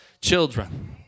children